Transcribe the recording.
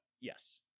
Yes